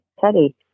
Teddy